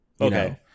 Okay